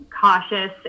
cautious